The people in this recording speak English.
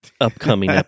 upcoming